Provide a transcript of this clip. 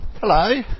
Hello